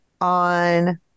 on